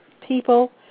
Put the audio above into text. people